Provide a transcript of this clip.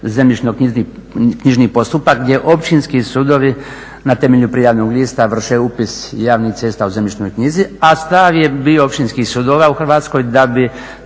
zemljišnoknjižni postupak gdje Općinski sudovi na temelju prijavnog lista vrše upis javnih cesta u zemljišnoj knjizi, a stav je bio Općinskih sudova u Hrvatskoj da bi,